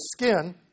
skin